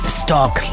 stock